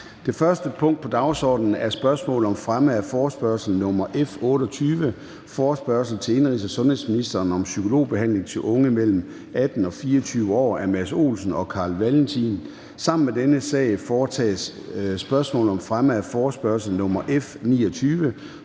Det første punkt på dagsordenen er: 1) Spørgsmål om fremme af forespørgsel nr. F 28: Forespørgsel til indenrigs- og sundhedsministeren om psykologbehandling til unge mellem 18 og 24 år. Af Mads Olsen (SF) og Carl Valentin (SF). (Anmeldelse 19.03.2024). Sammen med dette punkt foretages: 2) Spørgsmål om fremme af forespørgsel nr. F 29: